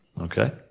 Okay